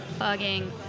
bugging